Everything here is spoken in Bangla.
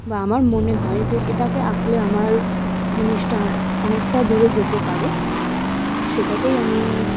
বা আমার মনে হয় যে এটাকে আঁকলে আমার জিনিসটা অনেকটা দূরে যেতে পারে সেটাকেই আমি